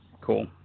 Cool